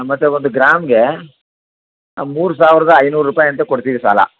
ಹಾಂ ಮತ್ತೆ ಒಂದು ಗ್ರಾಮ್ಗೆ ಮೂರು ಸಾವಿರ್ದ ಐನೂರು ರೂಪಾಯಿ ಅಂತೆ ಕೊಡ್ತೀವಿ ಸಾಲ